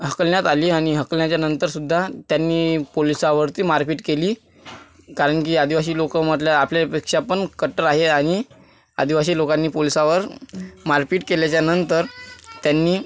हकलण्यात आले आणि हकलण्याच्या नंतरसुद्धा त्यांनी पोलीसावरती मारपीट केली कारण की आदिवासी लोकांमधल्या आपल्यापेक्षा पण कट्टर आहे आणि आदिवासीए लोकांनी पोलीसावर मारपीट केल्यानंतर त्यांनी